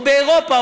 או באירופה,